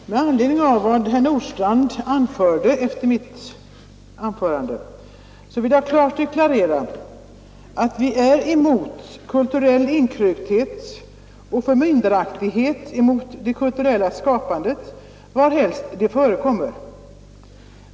Fru talman! Med anledning av vad herr Nordstrandh sade efter mitt anförande vill jag deklarera att vi är emot inkrökthet och förmyndaraktighet mot det kulturella skapandet, varhelst det förekommer.